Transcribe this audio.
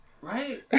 Right